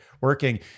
working